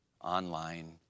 online